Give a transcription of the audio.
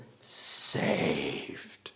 saved